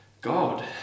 God